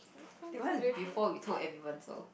that one is before with two and even so